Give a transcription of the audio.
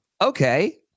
okay